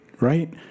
right